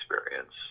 experience